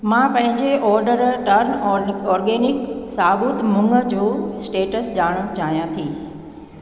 मां पंहिंजे order turn आर्गे आर्गेनिक साबुत मुङ जो स्टेटस ॼाणणु चाहियां थी